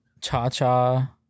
cha-cha